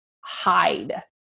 hide